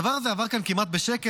הדבר הזה עבר כאן כמעט בשקט,